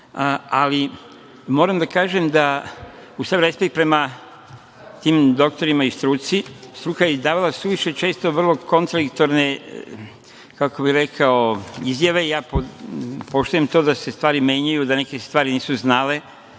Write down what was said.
ali moram da kažem, da uz sav respekt prema tim doktorima i struci, struka je izdavala suviše često kontradiktorne, kao bih rekao, izjave. Poštujem to da se stvari menjaju, da neke stvari nisu znali,